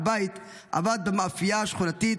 בבית, עבד במאפייה השכונתית.